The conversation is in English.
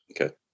Okay